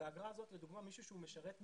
האגרה הזאת, לדוגמה, מישהו שהוא משרת מילואים,